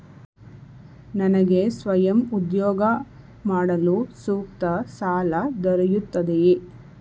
ನನಗೆ ಸ್ವಯಂ ಉದ್ಯೋಗ ಮಾಡಲು ಸೂಕ್ತ ಸಾಲ ದೊರೆಯುತ್ತದೆಯೇ?